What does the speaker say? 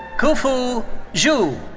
kefu zhou.